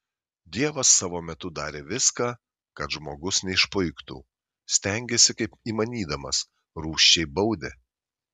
dievas savo metu darė viską kad žmogus neišpuiktų stengėsi kaip įmanydamas rūsčiai baudė